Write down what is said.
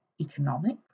economics